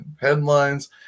headlines